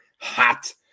hot